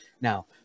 Now